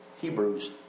Hebrews